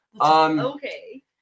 okay